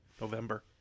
November